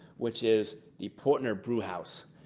which is the portner brew house.